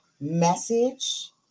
message